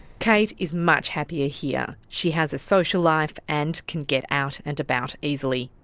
kate is much happier here. she has a social life and can get out and about easily.